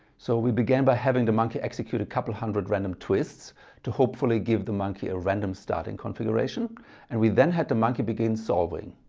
so we began by having the monkey execute a couple hundred random twists to hopefully give the monkey a random starting configuration and we then had the monkey begin solving.